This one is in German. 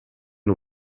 nur